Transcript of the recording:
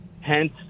hence